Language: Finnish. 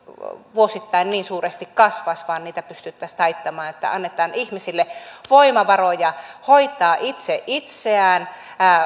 vuosittain niin suuresti kasvaisi vaan niitä pystyttäisiin taittamaan annetaan ihmisille voimavaroja hoitaa itse itseään